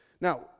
Now